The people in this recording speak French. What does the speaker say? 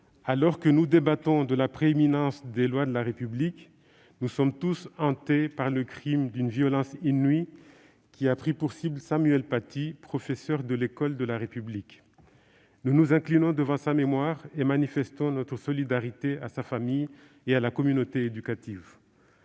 alors que nous débattons de la prééminence des lois de la République, nous sommes tous hantés par le crime, d'une violence inouïe, qui a pris pour cible Samuel Paty, professeur de l'école de la République. Nous nous inclinons devant sa mémoire et manifestons notre solidarité à sa famille et à la communauté éducative.